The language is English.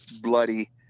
bloody